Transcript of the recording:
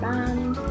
Band